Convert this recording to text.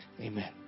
Amen